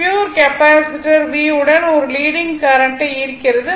pure capacitor V உடன் ஒரு leading கரண்ட்டை ஈர்க்கிறது